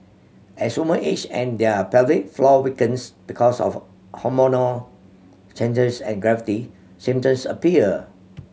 as women age and their pelvic floor weakens because of hormonal changes and gravity symptoms appear